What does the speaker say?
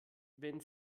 wenn